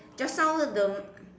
just now the